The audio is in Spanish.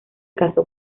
casó